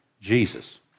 Jesus